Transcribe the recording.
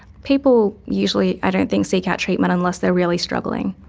people usually i don't think seek out treatment unless they are really struggling.